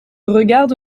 regarde